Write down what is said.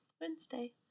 Wednesday